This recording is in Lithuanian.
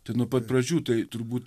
tai nuo pat pradžių tai turbūt